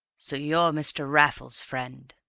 so you're mr. raffles's friend?